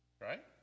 Right